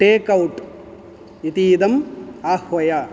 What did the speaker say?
tech out इति इदम् आह्वय